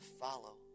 follow